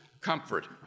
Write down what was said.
comfort